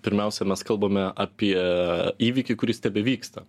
pirmiausia mes kalbame apie įvykį kuris tebevyksta